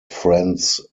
friends